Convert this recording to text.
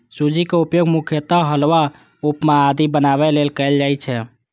सूजी के उपयोग मुख्यतः हलवा, उपमा आदि बनाबै लेल कैल जाइ छै